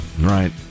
Right